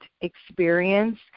Experience